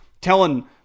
telling